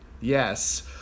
Yes